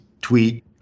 tweet